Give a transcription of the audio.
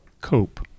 cope